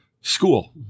school